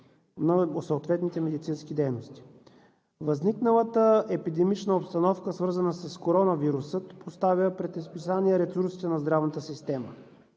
на съответните медицински дейности. Възникналата епидемична обстановка, свързана с коронавируса, поставя пред изпитание ресурсите на здравната система.